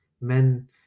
men